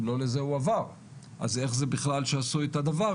לא לפני שמערכת החינוך תבנה